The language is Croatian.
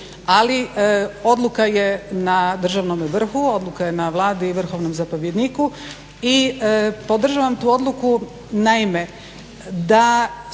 ali odluka je na državnome vrhu, odluka je na Vladi i vrhovnom zapovjedniku i podržavam tu odluku. Naime da